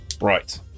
Right